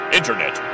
Internet